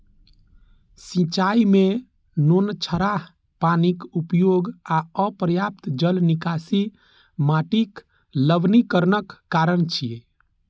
सिंचाइ मे नोनछराह पानिक उपयोग आ अपर्याप्त जल निकासी माटिक लवणीकरणक कारण छियै